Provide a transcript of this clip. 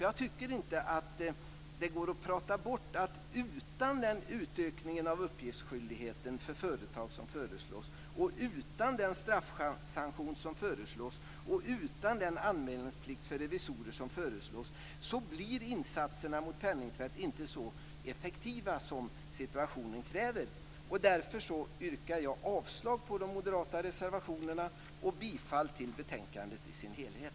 Jag tycker inte att det går att prata bort att utan den föreslagna utökning av uppgiftsskyldigheten för företag, utan den straffsanktion som föreslås och utan den anmälningsplikt för revisorer som föreslås blir insatserna mot penningtvätt inte så effektiva som situationen kräver. Därför yrkar jag avslag på de moderata reservationerna och bifall till hemställan i betänkandet i dess helhet.